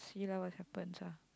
see lah what happens ah